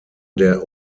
der